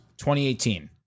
2018